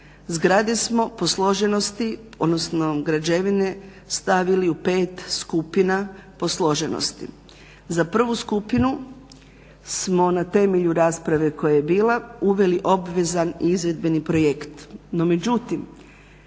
Zgrade smo po složenosti, odnosno građevine stavili u pet skupina po složenosti. Za prvu skupinu smo na temelju rasprave koja je bila uveli obvezan izvedbeni projekt,